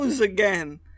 again